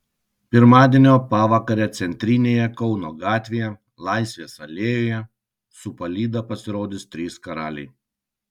pirmadienio pavakarę centrinėje kauno gatvėje laisvės alėjoje su palyda pasirodys trys karaliai